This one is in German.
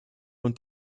und